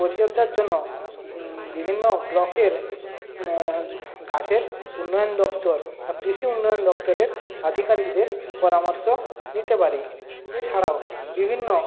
পরিচর্যার জন্য বিভিন্ন ব্লকের গাছের উন্নয়ন দপ্তর বা কৃষি উন্নয়ন দপ্তরের আধিকারিকদের পরামর্শ নিতে পারি এছাড়াও বিভিন্ন